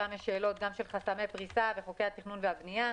שם יש שאלות גם של חסמי פריסה וחוקי התכנון והבנייה.